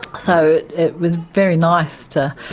so it was very nice to,